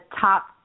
top